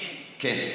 מקום כן, לא מקום כנה.